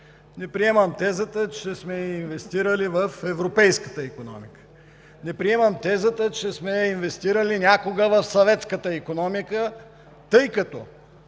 Не приемам тезата, че сме инвестирали в европейската икономика. Не приемам тезата, че сме инвестирали някога в съветската икономика, тъй като